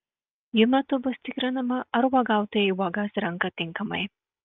jų metų bus tikrinama ar uogautojai uogas renka tinkamai